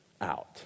out